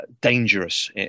dangerous